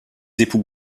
époux